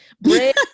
bread